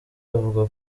avuga